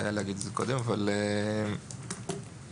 אני